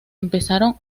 empezaron